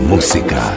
Música